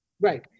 Right